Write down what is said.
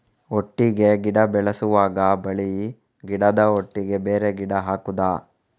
ಒಟ್ಟಿಗೆ ಗಿಡ ಬೆಳೆಸುವಾಗ ಬಳ್ಳಿ ಗಿಡದ ಒಟ್ಟಿಗೆ ಬೇರೆ ಗಿಡ ಹಾಕುದ?